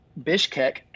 Bishkek